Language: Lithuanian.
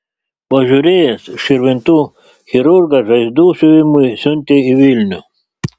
pažiūrėjęs širvintų chirurgas žaizdų siuvimui siuntė į vilnių